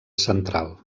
central